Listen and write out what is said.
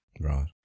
Right